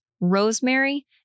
rosemary